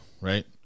right